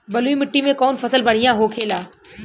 बलुई मिट्टी में कौन फसल बढ़ियां होखे ला?